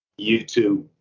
YouTube